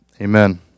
Amen